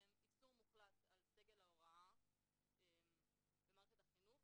איסור מוחלט על סגל ההוראה במערכת החינוך